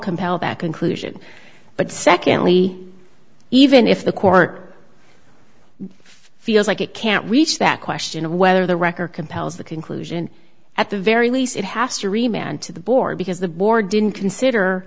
compel that conclusion but secondly even if the court feels like it can't reach that question of whether the record compels the conclusion at the very least it has to remain on to the board because the board didn't consider